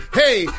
hey